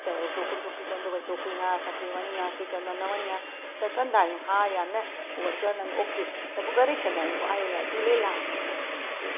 त उहो छोकिरो छोकिरी चवंदो भई छोकिरी हा असांखे वणी आहे की चवंदा न वणी आहे त कंदा आहियूं हा या न पोइ वरी चवंदा आहिनि ओके त पोइ करे छॾंदा आहियूं पोइ आयो लाल झूलेलाल की जय